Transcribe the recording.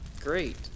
Great